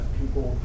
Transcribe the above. people